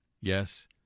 yes